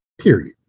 period